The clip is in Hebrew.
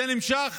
זה נמשך